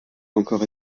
encore